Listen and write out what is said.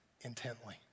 intently